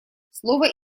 слово